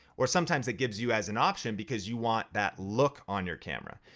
or sometimes it gives you as an option because you want that look on your camera.